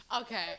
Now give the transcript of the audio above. Okay